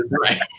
right